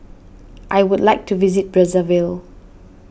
I would like to visit Brazzaville